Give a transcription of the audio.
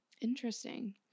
Interesting